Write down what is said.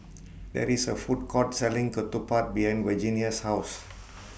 There IS A Food Court Selling Ketupat behind Virginia's House